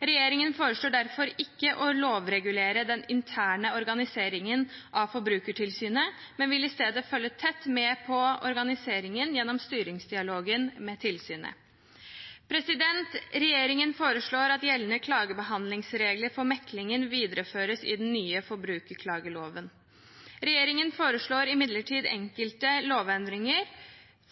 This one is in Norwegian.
Regjeringen foreslår derfor ikke å lovregulere den interne organiseringen av Forbrukertilsynet, men vil i stedet følge tett med på organiseringen gjennom styringsdialogen med tilsynet. Regjeringen foreslår at gjeldende klagebehandlingsregler for meklingen videreføres i den nye forbrukerklageloven. Regjeringen foreslår imidlertid enkelte lovendringer